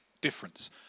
difference